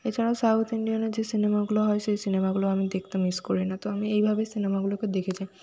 এছাড়াও সাউথ ইন্ডিয়ানের যে সিনেমাগুলো হয় সেই সিনেমাগুলো আমি দেখতে মিস করি না তো আমি এইভাবে সিনেমাগুলোকে দেখে যাই